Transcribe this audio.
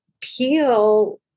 peel